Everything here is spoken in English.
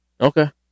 Okay